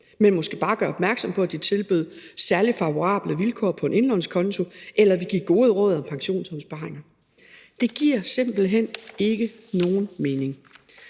men måske bare gør opmærksom på, at de tilbyder særlig favorable vilkår på en indlånskonto eller vil give gode råd om pensionsopsparinger. Det giver simpelt hen ikke nogen mening.